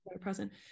present